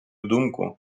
думку